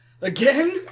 again